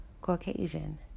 Caucasian